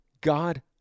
God